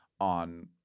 on